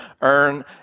earn